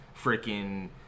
freaking